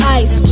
ice